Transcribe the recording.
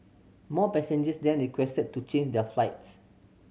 more passengers then requested to change their flights